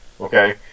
Okay